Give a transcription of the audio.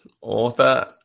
author